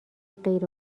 غیر